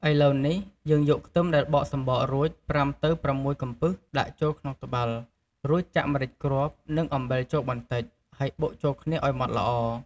ឥឡូវនេះ យើងយកខ្ទឹមដែលបកសំបករួច ៥ទៅ៦ កំពឹសដាក់ចូលក្នុងត្បាល់ រួចចាក់ម្រេចគ្រាប់ និងអំបិលចូលបន្តិច ហើយបុកចូលគ្នាឲ្យម៉ដ្ឋល្អ។